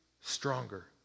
stronger